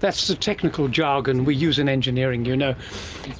that's the technical jargon we use in engineering you know